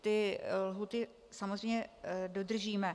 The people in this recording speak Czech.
Ty lhůty samozřejmě dodržíme.